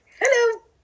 hello